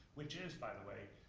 which is, by the way,